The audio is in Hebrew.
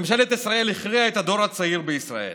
ממשלת ישראל הכריעה את הדור הצעיר בישראל.